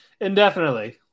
Indefinitely